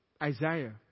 Isaiah